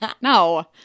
no